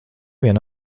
vien